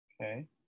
Okay